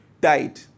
died